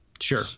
Sure